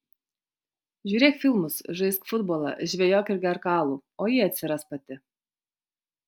žiūrėk filmus žaisk futbolą žvejok ir gerk alų o ji atsiras pati